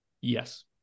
Yes